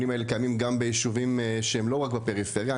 האלה קיימים גם בישובים שהם לא רק בפריפריה,